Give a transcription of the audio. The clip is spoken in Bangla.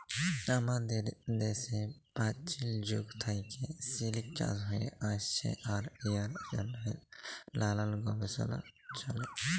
আমাদের দ্যাশে পাচীল যুগ থ্যাইকে সিলিক চাষ হ্যঁয়ে আইসছে আর ইয়ার জ্যনহে লালাল গবেষলা চ্যলে